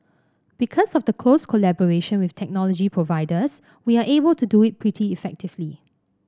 because of the close collaboration with technology providers we are able to do it pretty effectively